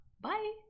bye